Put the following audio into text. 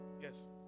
Yes